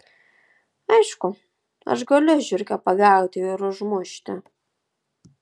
aišku aš galiu žiurkę pagauti ir užmušti